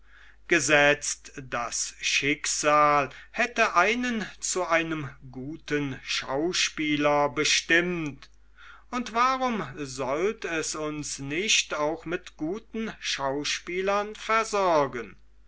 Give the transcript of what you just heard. gesetzt das schicksal hätte einen zu einem guten schauspieler bestimmt und warum sollt es uns nicht auch mit guten schauspielern versorgen